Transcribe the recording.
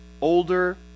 older